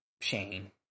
Shane